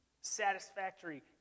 satisfactory